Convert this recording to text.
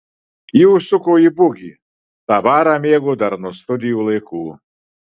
ji užsuko į bugį tą barą mėgo dar nuo studijų laikų